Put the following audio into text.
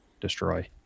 destroy